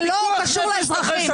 ולא קשור לאזרחים.